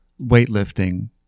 weightlifting